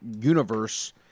universe